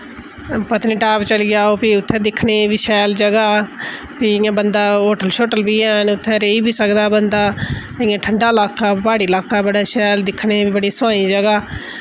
पत्नीटाप चली जाओ फ्ही उत्थै दिक्खने बी शैल जगह् फ्ही इ'यां बंदा होटल शोटल बी हैन उत्थै रेही बी सकदा बंदा इ'यां ठंडा लाका प्हाड़ी लाका बड़ा शैल इ'यां दिक्खने बी बड़ी सोह्नी जगह